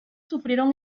sufrieron